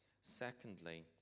Secondly